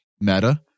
meta